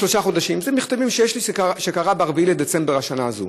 אלו מכתבים שיש לי, זה קרה ב-4 בדצמבר השנה הזאת.